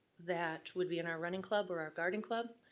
that would be in our running club or our garden club,